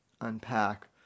unpack